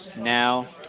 Now